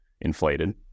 inflated